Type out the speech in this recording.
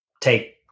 take